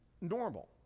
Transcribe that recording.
normal